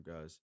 guys